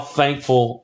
thankful